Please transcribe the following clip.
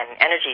energy